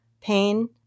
pain